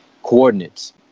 coordinates